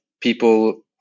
people